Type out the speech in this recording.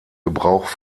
gebrauch